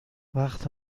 وقت